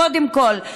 קודם כול,